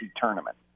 tournament